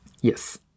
Yes